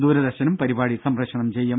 ദൂരദർശനും പരിപാടി സംപ്രേഷണം ചെയ്യും